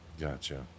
Gotcha